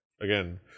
Again